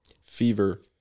Fever